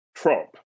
Trump